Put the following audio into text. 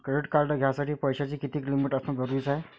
Credit card घ्यासाठी पैशाची कितीक लिमिट असनं जरुरीच हाय?